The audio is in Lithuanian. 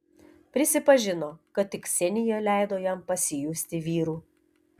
prisipažino kad tik ksenija leido jam pasijusti vyru